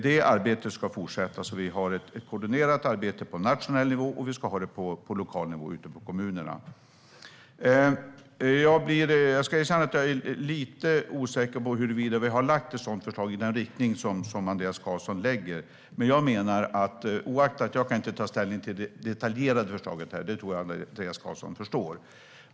Det arbetet ska fortsätta så att vi har ett koordinerat arbete på nationell nivå, och vi ska ha det på lokal nivå ute i kommunerna. Jag ska erkänna att jag är lite osäker på huruvida vi har lagt fram ett förslag i den riktning som Andreas Carlson tar upp. Jag kan inte ta ställning till det detaljerade förslaget här - det tror jag att Andreas Carlson förstår.